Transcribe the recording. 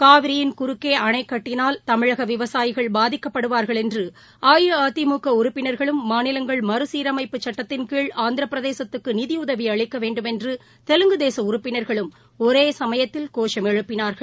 காவிரியின் குறுக்கே அணை கட்டினால் தமிழக விவசாயிகள் பாதிக்கப்படுவார்கள் என்று அஇஅதிமுக உறுப்பினர்களும் மாநிலங்கள் மறுசீரமைப்பு சுட்டத்தின் கீழ் ஆந்திர பிரதேசத்துக்கு நிதியுதவி அளிக்க வேண்டுமென்று தெலுங்கு தேச உறுப்பினர்களும் ஒரே சமயத்தில் கோஷம் எழுப்பினார்கள்